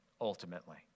ultimately